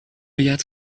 آید